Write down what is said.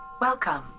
Welcome